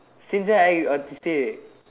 since when I autistic